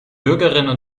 bürgerinnen